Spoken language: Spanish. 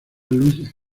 lois